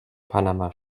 panama